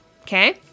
Okay